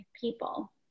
people